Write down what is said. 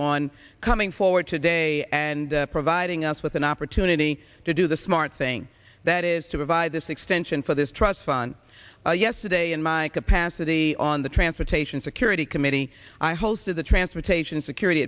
on coming forward today and providing us with an opportunity to do the smart thing that is to provide this extension for this trust fund yesterday in my capacity on the transportation security committee i host of the transportation security